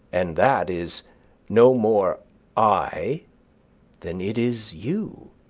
and that is no more i than it is you.